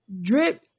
Drip